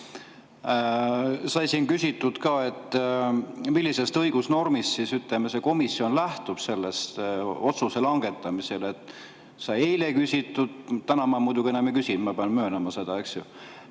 sai siin küsitud ka –, et millisest õigusnormist, ütleme, komisjon lähtub selle otsuse langetamisel. Sai seda eile küsitud, täna ma muidugi enam ei küsi, ma pean möönma seda, eks ju.